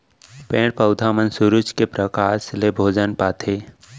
पेड़ पउधा मन सुरूज के परकास ले भोजन पाथें